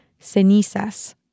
cenizas